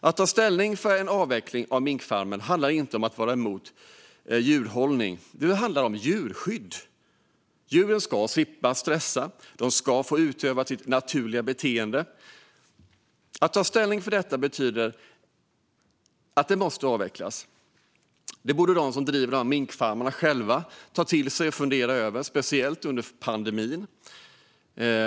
Att ta ställning för en avveckling av minkfarmer handlar inte om att vara emot djurhållning, utan det handlar om djurskydd. Djuren ska slippa stressa, och de ska få utöva sitt naturliga beteende. Att ta ställning för detta innebär att ta ställning för att minkfarmer måste avvecklas, och det borde de som driver minkfarmerna själva ta till sig och fundera över - speciellt under pandemin.